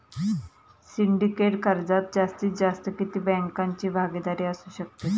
Syndicate कर्जात जास्तीत जास्त किती बँकांची भागीदारी असू शकते?